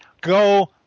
go